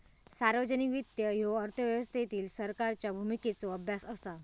सार्वजनिक वित्त ह्यो अर्थव्यवस्थेतील सरकारच्या भूमिकेचो अभ्यास असा